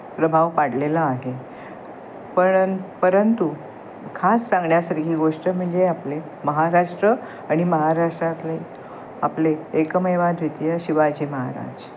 प्रभाव पाडलेला आहे परंतु खास सांगण्यास ही गोष्ट म्हणजे आपले महाराष्ट्र आणि महाराष्ट्रातले आपले एकमेवाद्वितीय शिवाजी महाराज